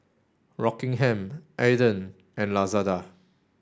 Rockingham Aden and Lazada